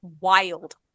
wild